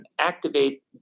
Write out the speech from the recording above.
activate